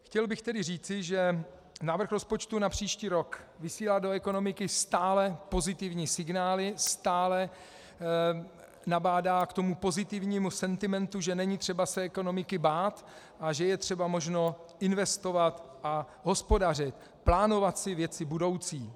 Chtěl bych tedy říci, že návrh rozpočtu na příští rok vysílá do ekonomiky stále pozitivní signály, stále nabádá k tomu pozitivnímu sentimentu, že není třeba se ekonomiky bát a že je třeba možno investovat a hospodařit, plánovat si věci budoucí.